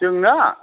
जोंना